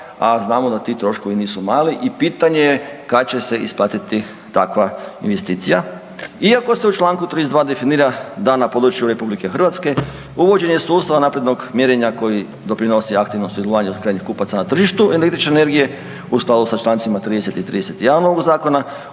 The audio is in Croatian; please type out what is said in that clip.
a znamo da ti troškovi nisu mali i pitanje je kada će se isplatiti takva investicija. Iako se u čl. 32. definira da na području RH uvođenje sustava naprednog mjerenja koji doprinosi aktivnom sudjelovanju od krajnjih kupaca na tržištu električne energije u skladu sa čl. 30. i 31. ovog zakona